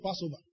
Passover